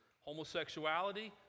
homosexuality